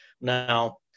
now